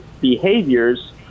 behaviors